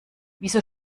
wieso